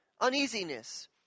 uneasiness